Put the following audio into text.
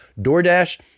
DoorDash